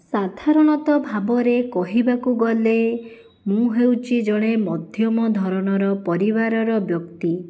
ସାଧାରଣତଃ ଭାବରେ କହିବାକୁ ଗଲେ ମୁଁ ହେଉଛି ଜଣେ ମଧ୍ୟମ ଧରଣର ପରିବାରର ବ୍ୟକ୍ତି